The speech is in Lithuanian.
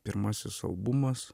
pirmasis albumas